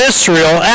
Israel